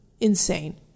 insane